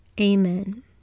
amen